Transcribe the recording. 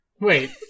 Wait